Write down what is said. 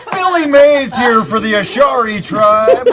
billy mays here for the ashari tribe!